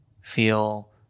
feel